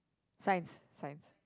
science